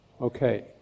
okay